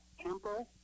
Tempo